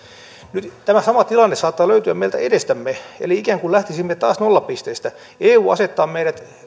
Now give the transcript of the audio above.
nyt tämä sama tilanne saattaa löytyä meiltä edestämme eli ikään kuin lähtisimme taas nollapisteestä eu asettaa meidät